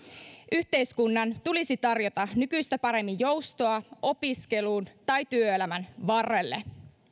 yhteiskunnan tulisi tarjota nykyistä paremmin joustoa opiskeluun tai työelämän varrelle